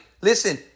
Listen